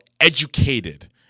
educated